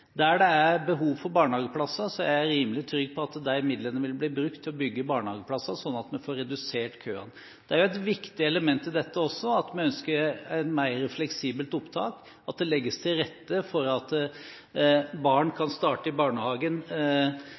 Der det er behov for barnehageplasser, er jeg rimelig trygg på at de midlene vil bli brukt til å bygge barnehageplasser sånn at vi får redusert køene. Et viktig element i dette er at vi også ønsker et mer fleksibelt opptak, at det legges til rette for at barn kan starte i barnehagen